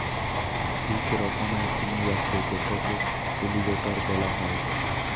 ইক রকমের কুমির আছে যেটকে এলিগ্যাটর ব্যলা হ্যয়